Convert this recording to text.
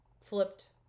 flipped